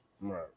Right